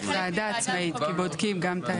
ועדה עצמאית, כי בודקים גם את ההיתרים.